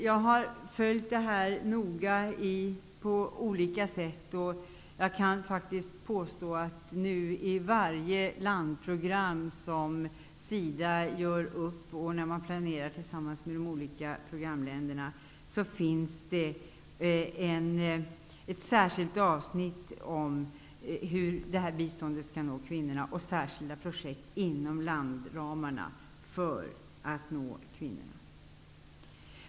Jag har på olika sätt noga följt dessa frågor och kan faktiskt påstå att det i varje landprogram som SIDA gör upp i samband med planeringen tillsammans med de olika programländerna finns ett särskilt avsnitt om hur biståndet skall nå kvinnorna och om särskilda projekt inom landramarna för att nå kvinnorna.